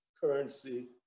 currency